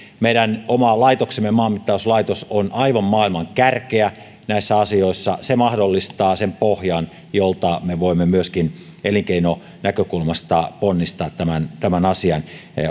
meidän oma laitoksemme maanmittauslaitos on aivan maailman kärkeä näissä asioissa se mahdollistaa sen pohjan jolta me voimme myöskin elinkeinonäkökulmasta ponnistaa tämän tämän asian